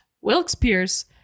Wilkes-Pierce